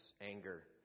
anger